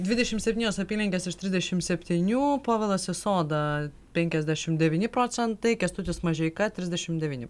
dvidešimt septynios apylinkės iš trisdešimt septynių povilas isoda penkiasdešimt devyni procentai kęstutis mažeika trisdešimt devyni